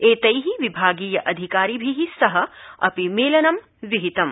एतै विभागीय आधिकारिभि सह अपि मेलनं विहितम्